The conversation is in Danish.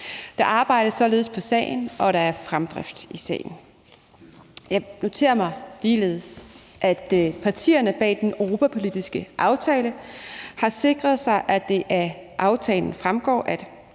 Der arbejdes således på sagen, og der er fremdrift i sagen. Jeg noterer mig ligeledes, at partierne bag den europapolitiske aftale har sikret sig, at det af aftalen fremgår, at